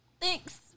Thanks